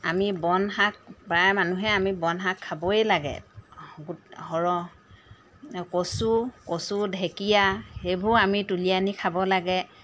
আমি বন শাক প্ৰায়ে মানুহে আমি বন শাক খাবই লাগে কচু কচু ঢেঁকীয়া সেইবোৰ আমি তুলি আনি খাব লাগে